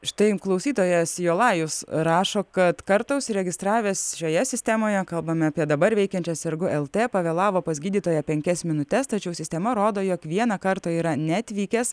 štai klausytojas jolajus rašo kad kartą užsiregistravęs šioje sistemoje kalbame apie dabar veikiančią sergu lt pavėlavo pas gydytoją penkias minutes tačiau sistema rodo jog vieną kartą yra neatvykęs